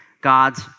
God's